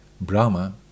Brahma